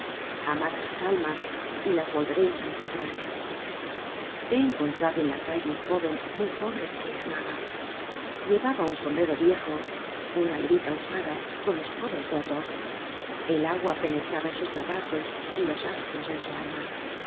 á las almas y las volvereis á encontrar he encontrado en la calle un jóven muy pobre que amaba llevaba un sombrero viejo una levita usada con los codos rotos el agua penetraba en sus zapatos y los astros en su alma